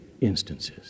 instances